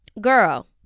girl